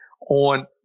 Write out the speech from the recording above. on